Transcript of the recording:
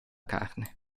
carne